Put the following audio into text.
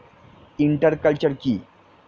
Inter culture কি?